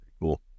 Cool